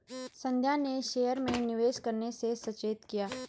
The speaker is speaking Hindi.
संध्या ने शेयर में निवेश करने से सचेत किया